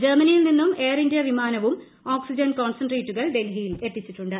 ജർമ്മനിയിൽ നിന്നും Air India വിമാനവും ഓക്സിജൻ കോൺസെൻട്രേറ്റുകൾ ഡൽഹിയിലെത്തിച്ചിട്ടുണ്ട്